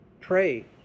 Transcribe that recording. Pray